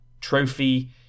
trophy